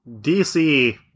DC